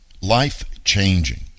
life-changing